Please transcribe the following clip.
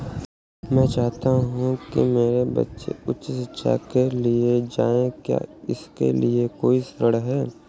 मैं चाहता हूँ कि मेरे बच्चे उच्च शिक्षा के लिए जाएं क्या इसके लिए कोई ऋण है?